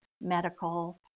medical